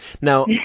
Now